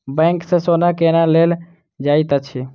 bank सँ सोना केना लेल जाइत अछि